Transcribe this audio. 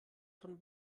von